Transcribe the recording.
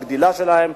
הגדילה שלהם,